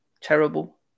Terrible